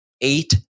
eight